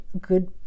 good